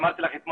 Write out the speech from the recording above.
אני אתחיל מדמי